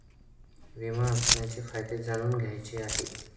विमा असण्याचे फायदे जाणून घ्यायचे आहे